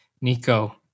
Nico